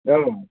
औ